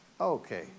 okay